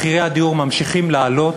מחירי הדיור ממשיכים לעלות,